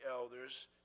elders